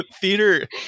theater